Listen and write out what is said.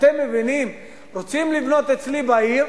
אתם רוצים לבנות אצלי בעיר,